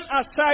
aside